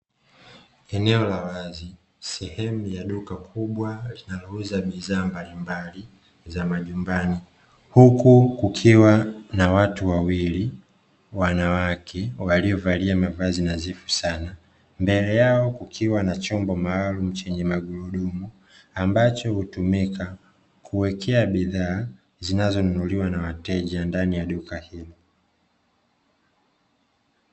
Eneo la wazi sehemu ya duka kubwa linalouza bidhaa mbalimbali za majumbani, huku kukiwa na watu wawili (wanawake) waliovalia mavazi nadhifu sana. Mbele yao kukiwa na chombo maalumu chenye magurudumu, ambacho hutumika kuwekea bidhaa zinazonunuliwa na wateja ndani ya duka hilo.